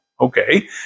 okay